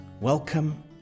Welcome